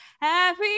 happy